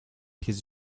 his